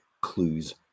clues